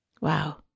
Wow